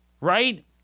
right